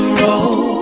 roll